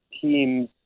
teams